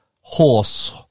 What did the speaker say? horse